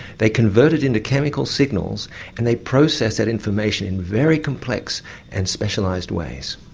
they convert it into chemical signals and they process that information in very complex and specialised ways.